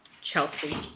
Chelsea